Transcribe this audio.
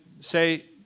say